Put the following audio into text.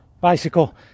bicycle